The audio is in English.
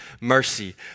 mercy